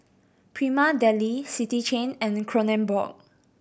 Prima Deli City Chain and Kronenbourg